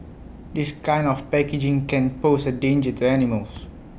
this kind of packaging can pose A danger to animals